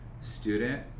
student